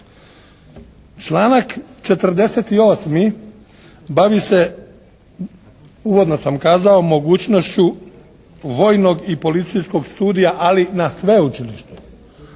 Članak 48. bavi se uvodno sam kazao mogućnošću vojnog i policijskoj studija ali na sveučilištu.